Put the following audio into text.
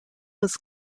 was